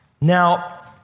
Now